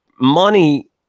money